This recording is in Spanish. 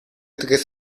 tres